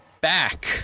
back